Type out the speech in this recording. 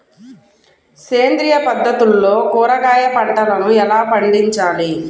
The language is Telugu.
సేంద్రియ పద్ధతుల్లో కూరగాయ పంటలను ఎలా పండించాలి?